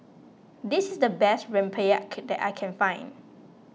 this is the best Rempeyek that I can find